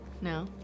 No